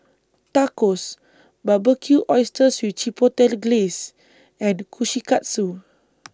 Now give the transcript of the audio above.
Tacos Barbecued Oysters with Chipotle Glaze and Kushikatsu